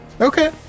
Okay